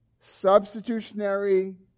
substitutionary